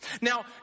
Now